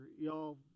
y'all